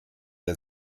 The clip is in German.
der